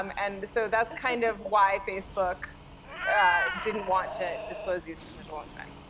um and so that's kind of why facebook didn't want to disclose these for such a long time.